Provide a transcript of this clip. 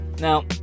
Now